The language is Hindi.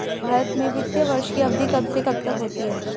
भारत में वित्तीय वर्ष की अवधि कब से कब तक होती है?